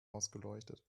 ausgeleuchtet